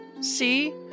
See